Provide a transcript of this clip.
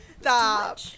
stop